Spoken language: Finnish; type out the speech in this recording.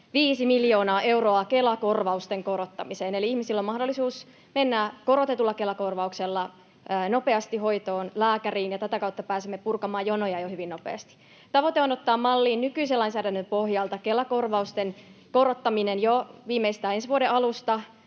355 miljoonaa euroa Kela-korvausten korottamiseen. Eli ihmisillä on mahdollisuus mennä korotetulla Kela-korvauksella nopeasti hoitoon lääkäriin, ja tätä kautta pääsemme purkamaan jonoja jo hyvin nopeasti. Tavoite on ottaa malliin Kela-korvausten korottaminen nykyisen lainsäädännön pohjalta jo viimeistään ensi vuoden alusta,